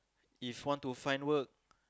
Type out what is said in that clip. if want to find work